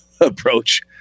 approach